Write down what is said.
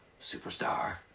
superstar